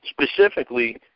Specifically